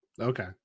okay